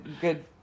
good